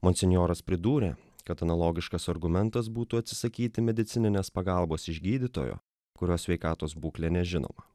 monsinjoras pridūrė kad analogiškas argumentas būtų atsisakyti medicininės pagalbos iš gydytojo kurio sveikatos būklė nežinoma